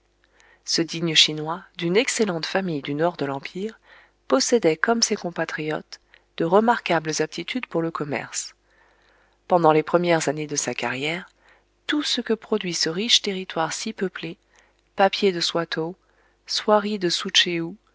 ce digne chinois d'une excellente famille du nord de l'empire possédait comme ses compatriotes de remarquables aptitudes pour le commerce pendant les premières années de sa carrière tout ce que produit ce riche territoire si peuplé papiers de swatow soieries de